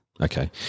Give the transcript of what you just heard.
Okay